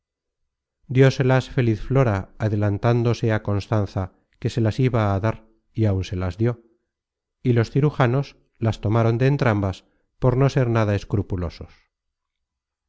cielo dióselas feliz flora adelantándose á constanza que se las iba a dar y áun se las dió y los cirujanos las tomaron de entrambas por no ser nada escrupulosos